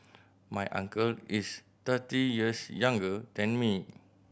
my uncle is thirty years younger than me